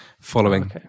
following